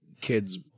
Kids